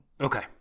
Okay